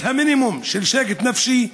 את המינימום של שקט נפשי.